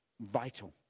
vital